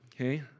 okay